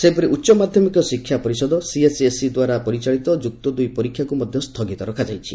ସେହିପରି ଉଚ୍ଚ ମାଧ୍ଧମିକ ଶିକ୍ଷା ପରିଷଦ ସିଏଚ୍ଏସ୍ଇ ଦ୍ବାରା ପରିଚାଳିତ ଯୁକ୍ତ ଦୁଇ ପରୀକ୍ଷାକୁ ମଧ୍ଧ ସ୍ଥଗିତ ରଖାଯାଇଛି